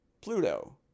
Pluto